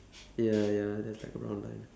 ya ya there's like a brown line